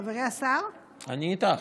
חברי השר, אני איתך.